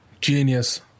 Genius